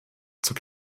zur